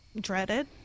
dreaded